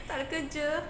tak ada kerja